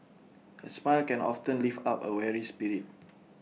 A smile can often lift up A weary spirit